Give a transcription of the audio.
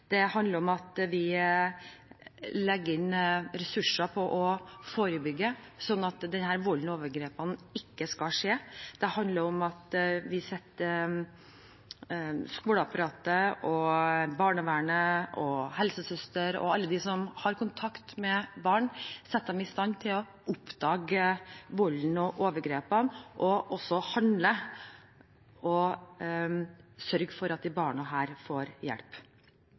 Det handler om at vi legger inn ressurser for å forebygge denne volden og disse overgrepene. Det handler om at vi setter skoleapparatet, barnevernet, helsesøster og alle som har kontakt med barn, i stand til å oppdage volden og overgrepene og til å handle og sørge for at barna får hjelp.